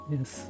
Yes